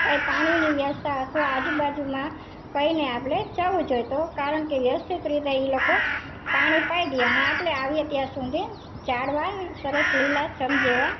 કાંઇ પાણીની વ્યવસ્થા અથવા આજુબાજુમાં કહીને આપણે જઈએ તો કારણ કે વ્યવસ્થિત રીતે એ લોકો પાણી પાઇ દે અને આપણે આવીએ ત્યાં સુધી ઝાડવાં સરસ લીલાંછમ જેવાં